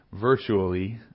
virtually